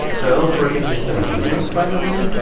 the operating system is linux by the way,